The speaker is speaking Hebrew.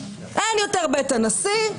אין יותר בית הנשיא.